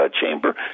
chamber